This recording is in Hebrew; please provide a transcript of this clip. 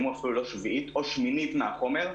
או שמינית מהחומר,